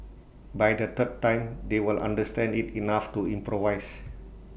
by the third time they will understand IT enough to improvise